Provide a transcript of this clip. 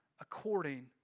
according